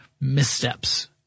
missteps